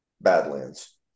Badlands